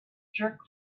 jerk